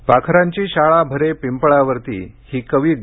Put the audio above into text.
पाखरांची शाळा भरे पिंपळावरती ही कवी ग